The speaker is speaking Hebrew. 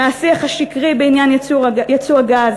מהשיח השקרי בעניין יצוא הגז,